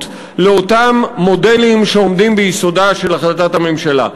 לאותם מודלים שעומדים ביסודה של החלטת הממשלה.